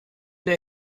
der